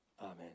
Amen